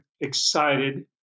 excited